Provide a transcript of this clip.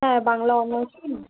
হ্যাঁ বাংলা অনার্সই নেবো